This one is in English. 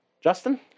Justin